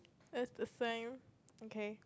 that's the same okay